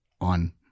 on